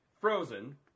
frozen